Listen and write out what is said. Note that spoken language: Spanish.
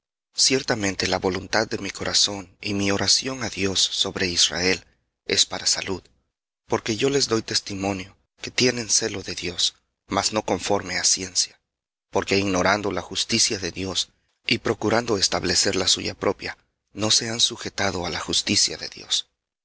ciertamente la voluntad de mi corazón y mi oración á dios sobre israel es para salud porque yo les doy testimonio que tienen celo de dios mas no conforme á ciencia porque ignorando la justicia de dios y procurando establecer la suya propia no se han sujetado á la justicia de dios